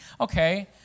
okay